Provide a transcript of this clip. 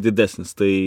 didesnis tai